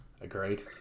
Agreed